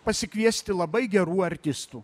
pasikviesti labai gerų artistų